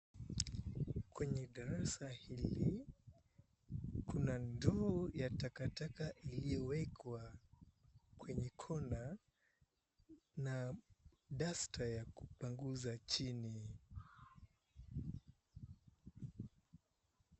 Kwenye darasa hili kuna ndoo ya takataka iliyowekwa kwenye kona na duster ya kupanguza chini.